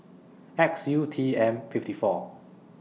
X U T M fifty four